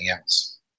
else